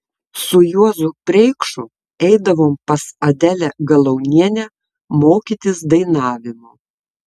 su juozu preikšu eidavom pas adelę galaunienę mokytis dainavimo